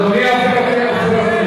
תאפשרו לשר לדבר.